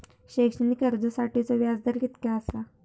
शैक्षणिक कर्जासाठीचो व्याज दर कितक्या आसा?